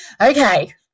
okay